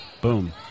boom